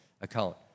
account